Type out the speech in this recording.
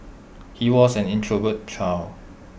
he was an introverted child